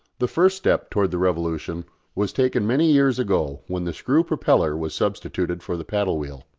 the first step towards the revolution was taken many years ago when the screw propeller was substituted for the paddle-wheel.